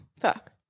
Fuck